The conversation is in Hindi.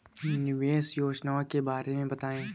निवेश योजनाओं के बारे में बताएँ?